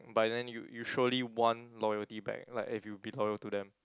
but then you you surely want loyalty back like if you've been loyal to them